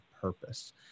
purpose